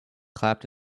clapped